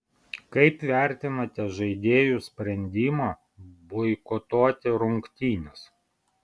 kaip vertinate žaidėjų sprendimą boikotuoti rungtynes